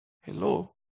hello